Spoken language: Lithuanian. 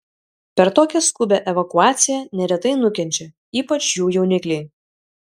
per tokią skubią evakuaciją neretai nukenčia ypač jų jaunikliai